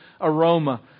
aroma